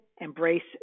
embrace